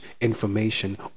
information